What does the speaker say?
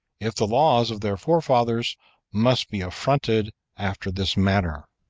if the laws of their forefathers must be affronted after this manner.